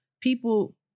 people